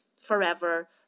forever